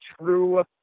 true